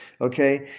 Okay